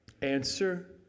Answer